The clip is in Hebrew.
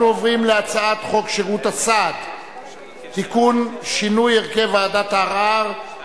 אני קובע שהצעת החוק לתיקון חובת המכרזים